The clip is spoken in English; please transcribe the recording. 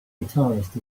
guitarist